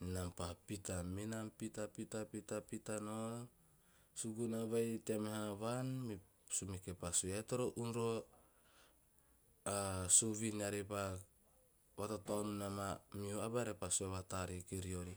Menam pa pita- menam pita pita pita pita pita nao, suguna vai tea meha vaan. Me sumeke pa sue "eara toro nun roho a suvin arepa vatataonun ama mihu aba arapa sue vatar kiriori."